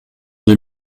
deux